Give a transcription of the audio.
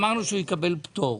הוא יקבל פטור,